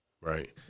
Right